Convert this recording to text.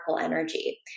energy